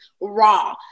raw